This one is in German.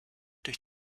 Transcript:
durch